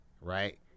right